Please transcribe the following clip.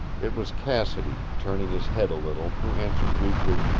it was cassidy, turning his head a little, who answered weakly.